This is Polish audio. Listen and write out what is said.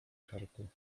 karku